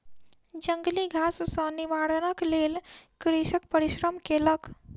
जंगली घास सॅ निवारणक लेल कृषक परिश्रम केलक